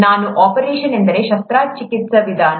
ನಾನು ಆಪರೇಷನ್ ಎಂದರೆ ಶಸ್ತ್ರಚಿಕಿತ್ಸಾ ವಿಧಾನ